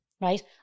Right